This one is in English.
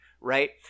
right